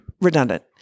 redundant